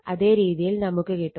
അതേ രീതിയിൽ നമുക്ക് കിട്ടും